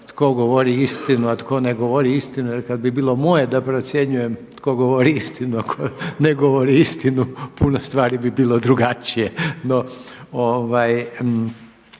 tko govori istinu, a tko ne govori istinu. Jer kad bi bilo moje da procjenjujem tko govori istinu, a tko ne govori istinu puno stvari bi bilo drugačije. No, ono